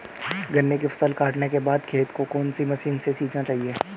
गन्ने की फसल काटने के बाद खेत को कौन सी मशीन से सींचना चाहिये?